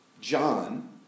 John